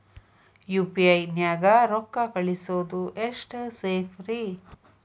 UPI ನ್ಯಾಗ ರೊಕ್ಕ ಕಳಿಸೋದು ಎಷ್ಟ ಸೇಫ್ ರೇ?